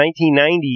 1990